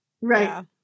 Right